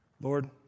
Lord